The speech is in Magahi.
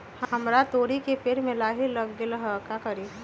हमरा तोरी के पेड़ में लाही लग गेल है का करी?